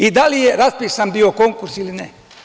I da li je raspisan bio konkurs ili ne?